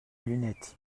lunettes